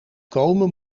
komen